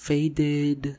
Faded